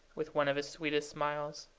with one of his sweetest smiles.